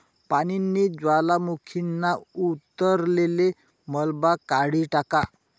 पानीनी ज्वालामुखीना उतरलेल मलबा काढी टाका